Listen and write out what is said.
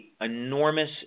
enormous